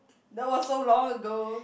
that was so long ago